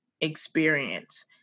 experience